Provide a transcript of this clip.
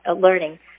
learning